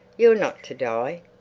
you're not to die.